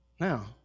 Now